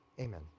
amen